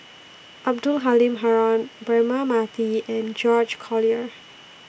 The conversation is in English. Abdul Halim Haron Braema Mathi and George Collyer